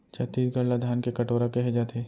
छत्तीसगढ़ ल धान के कटोरा कहे जाथे